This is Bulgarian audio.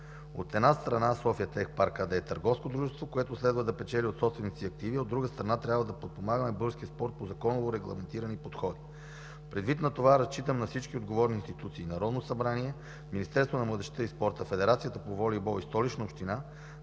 От една страна, „София тех парк” АД е търговско дружество, което следва да печели от собствените си активи, от друга страна, трябва да подпомагаме българския спорт по законово регламентирани подходи. Предвид на това, разчитам на всички отговорни институции – Народното събрание, Министерството на младежта и спорта, Федерацията по волейбол и Столична община,